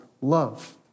Love